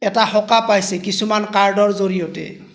এটা সকাহ পাইছে কিছুমান কাৰ্ডৰ জৰিয়তে